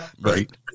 Right